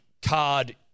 Card